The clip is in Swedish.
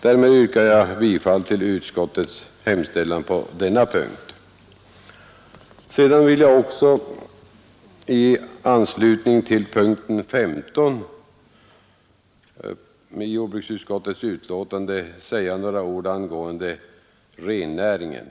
Jag yrkar bifall till utskottets hemställan på denna punkt. I anslutning till punkten 15 i utskottets betänkande vill jag också säga några ord angående rennäringen.